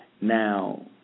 Now